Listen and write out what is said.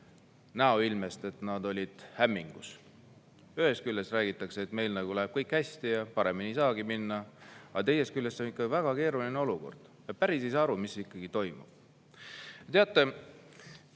näoilmest, et nad olid hämmingus. Ühest küljest räägitakse, et meil läheb kõik hästi ja paremini ei saagi minna, aga teisest küljest on ikka väga keeruline olukord. Päris aru ei saa, mis ikkagi toimub. Teate,